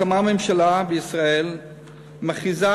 קמה ממשלה בישראל ומכריזה: